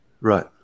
Right